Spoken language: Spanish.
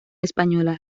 española